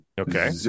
Okay